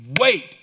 wait